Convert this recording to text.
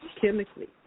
chemically